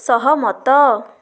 ସହମତ